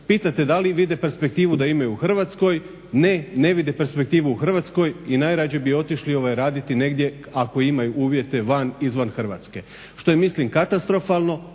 pitate da li vide perspektivu da imaju u Hrvatskoj, ne, ne vide perspektivu u Hrvatskoj i najradije bi otišli raditi, ako imaju uvijete van, izvan Hrvatske. Što je mislim katastrofalno,